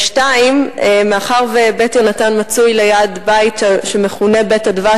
2. מאחר ש"בית יהונתן" מצוי ליד בית שמכונה "בית הדבש",